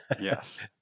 Yes